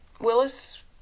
Willis